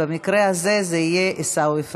במקרה הזה זה יהיה עיסאווי פריג'.